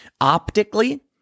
Optically